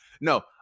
No